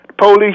Police